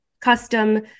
custom